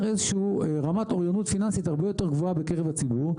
איזושהי רמת אוריינות פיננסית הרבה יותר גבוהה בקרב הציבור,